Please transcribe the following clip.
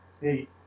Hey